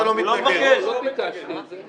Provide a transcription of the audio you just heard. לא ביקשתי את זה.